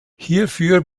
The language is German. hierfür